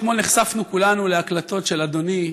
אתמול נחשפנו כולנו להקלטות של אדוני,